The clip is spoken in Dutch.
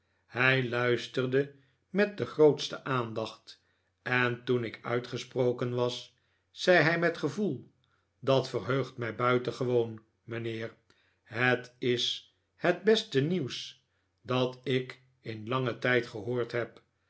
hij luisterde met de grootste aandacht en toen ik uitgesproken was zei hij met gevoel dat verheugt mij buitengewoon mijnheer het is het beste nieuws dat ik in langen tijd gehoord heb